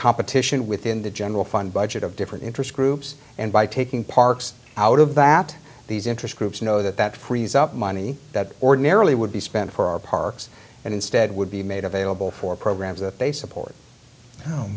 competition within the general fund budget of different interest groups and by taking parks out of that these interest groups know that that frees up money that ordinarily would be spent for parks and instead would be made available for programs that they support